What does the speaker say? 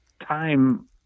time